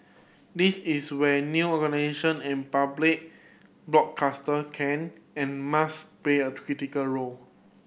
this is where new organisation and public broadcaster can and must play a critical role